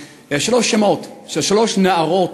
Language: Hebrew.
שלושה שמות של שלוש נערות